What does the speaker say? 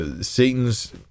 Satan's